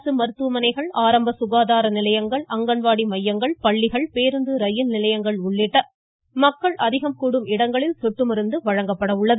அரசு மருத்துவமனைகள் ஆரம்ப சுகாதார நிலையங்கள் அங்கன்வாடி மையங்கள் பள்ளிகள் பேருந்து ரயில் நிலையங்கள் உள்ளிட்ட மக்கள் அதிகம் கூடும் இடங்களில் சொட்டு மருந்து வழங்கப்படுகிறது